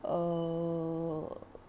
err